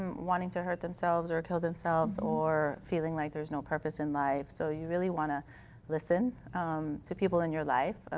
um wanting to hurt themselves or kill themselves or feeling like there's no purpose in life. so you really want to listen to people in your life.